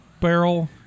barrel